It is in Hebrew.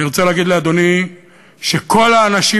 אני רוצה להגיד לאדוני שכל האנשים,